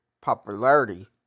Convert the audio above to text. popularity